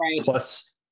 Plus